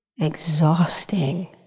exhausting